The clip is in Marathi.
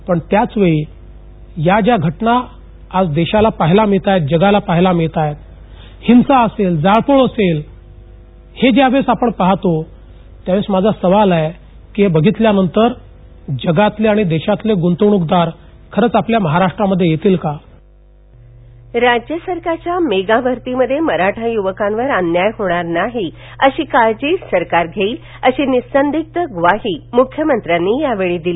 पण त्याच वेळी या ज्या घटना आज देशाला पहायला मिळत आहेत जगाला पहायला मिळत आहेत हिंसा असेल जाळपोळ असेल हे ज्यावेळेस आपण पाहतो त्यावेळेस माझा सवाल आहे की हे बघितल्यानंतर जगातले आणि देशातले ग्ंतवणूकदार खरंच आपल्या महाराष्ट्रामध्ये येतील का राज्य सरकारच्या मेगा भरतीमध्ये मराठा युवकांवर अन्याय होणार नाही अशी काळजी सरकार घेईल अशी निःसंदिग्ध ग्वाही मुख्यमंत्र्यांनी यावेळी दिली